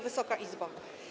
Wysoka Izbo!